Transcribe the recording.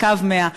בקו 100,